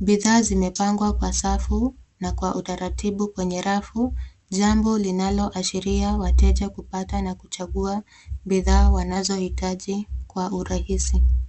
Bidhaa zimepangwa kwa safu na kwa utaratibu kwenye rafu , jambo linaloashiria wateja kupata na kuchagua bidhaa wanazohitaji kwa urahisi.